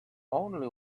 only